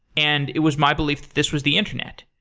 and it was my belief that this was the internet.